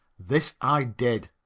this i did.